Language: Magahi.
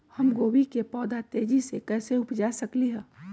हम गोभी के पौधा तेजी से कैसे उपजा सकली ह?